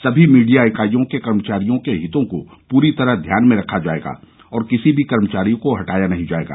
सभी मीडिया इकाईयों के कर्मचारियों के हितों को पूरी तरह ध्यान में रखा जाएगा और किसी भी कर्मचारी को हटाया नहीं जाएगा